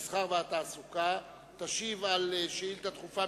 המסחר והתעסוקה תשיב על שאילתא דחופה